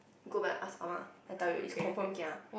go back and ask Ah-Ma I tell you it's confirm kia